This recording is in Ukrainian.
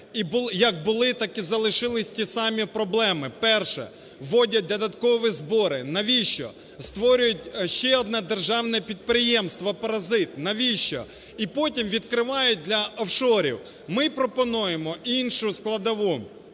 як були, так і залишилися ті самі проблеми. Перше – вводять додаткові збори. Навіщо? Створюють ще одне державне підприємство-паразит. Навіщо? І потім відкривають для офшорів. Ми пропонуємо іншу складову.